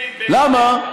למה?